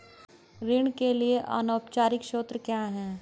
ऋण के अनौपचारिक स्रोत क्या हैं?